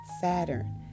Saturn